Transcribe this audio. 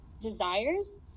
desires